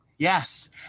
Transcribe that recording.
Yes